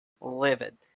livid